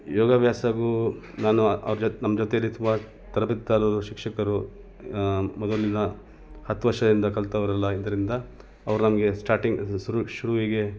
ಯೋಗಾಭ್ಯಾಸವು ನಾನು ಅವ್ರ ಜೊ ನಮ್ಮ ಜೊತೇಲಿ ತುಂಬ ತರಬೇತಿದಾರರು ಶಿಕ್ಷಕರು ಮೊದಲಿನ ಹತ್ತು ವರ್ಷದಿಂದ ಕಲಿತವ್ರೆಲ್ಲ ಇದರಿಂದ ಅವ್ರು ನಮಗೆ ಸ್ಟಾರ್ಟಿಂಗ್ ಶುರು ಶುರುವಿಗೆ